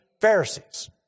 Pharisees